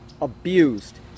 abused